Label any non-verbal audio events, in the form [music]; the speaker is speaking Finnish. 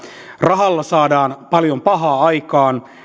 rahalla saadaan paljon pahaa aikaan [unintelligible]